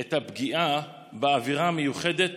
את הפגיעה באווירה המיוחדת